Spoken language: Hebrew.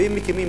ואם מקימים,